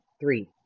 Three